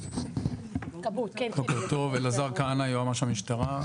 בוקר טוב, אני יועמ"ש המשטרה.